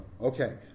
Okay